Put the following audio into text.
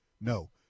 no